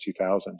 2000